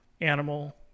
animal